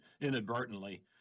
inadvertently